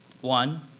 One